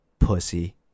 Pussy